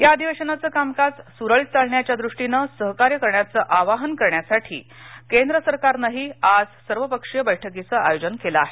या अधिवेशनाचं कामकाज सुरळीत चालण्याच्या दृष्टिनं सहकार्य करण्याचं आवाहन करण्यासाठी केंद्र सरकारनंही सर्वपक्षीय बछ्क्रीचं आयोजन केलं आहे